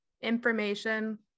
information